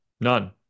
None